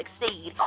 succeed